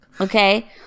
Okay